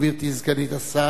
גברתי סגנית השר,